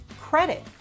credit